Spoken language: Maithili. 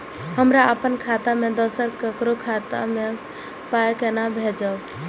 हमरा आपन खाता से दोसर ककरो खाता मे पाय कोना भेजबै?